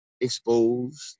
exposed